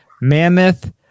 Mammoth